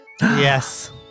Yes